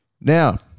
Now